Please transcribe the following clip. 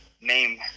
name